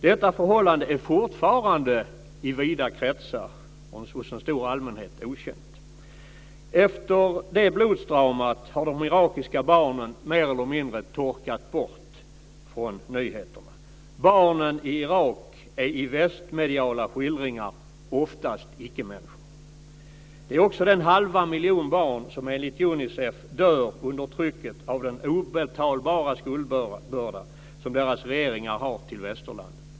Detta förhållande är fortfarande i vida kretsar hos en stor allmänhet okänt. Efter det blodsdramat har de irakiska barnen mer eller mindre torkat bort från nyheterna. Barnen i Irak är i västmediala skildringar oftast icke-människor. Det är också den halva miljon barn som enligt Unicef dör under trycket av den obetalbara skuldbörda som deras regeringar har till västerlandet.